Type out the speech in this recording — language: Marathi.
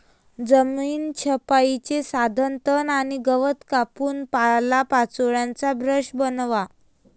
जमीन छपाईचे साधन तण आणि गवत कापून पालापाचोळ्याचा ब्रश बनवा